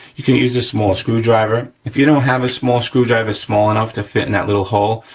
you can use a small screwdriver. if you don't have a small screwdriver small enough to fit in that little hole,